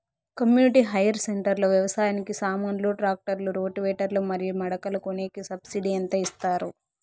community hire centre లో వ్యవసాయానికి సామాన్లు ట్రాక్టర్లు రోటివేటర్ లు మరియు మడకలు కొనేకి సబ్సిడి ఎంత ఇస్తారు